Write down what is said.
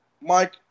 Mike